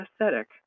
aesthetic